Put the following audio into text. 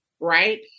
Right